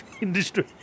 industry